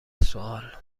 سوال